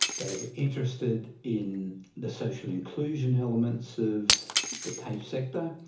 they were interested in the social inclusion elements of the tafe sector,